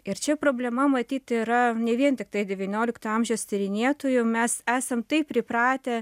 ir čia problema matyt yra ne vien tiktai devyniolikto amžiaus tyrinėtojų mes esam taip pripratę